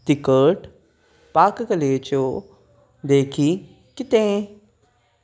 तिखट पाक कलेच्यो देखी कितें